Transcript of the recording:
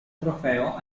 trofeo